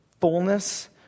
fullness